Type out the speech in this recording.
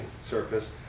surface